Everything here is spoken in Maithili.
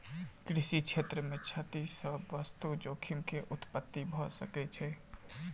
कृषि क्षेत्र मे क्षति सॅ वास्तु जोखिम के उत्पत्ति भ सकै छै